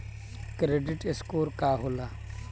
Credit score का होला?